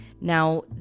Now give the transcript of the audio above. Now